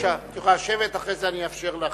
בבקשה, את יכולה לשבת ולאחר מכן אני אאפשר לך,